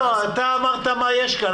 אתה אמרת מה יש כאן.